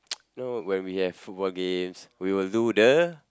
you know when we have football games we will do the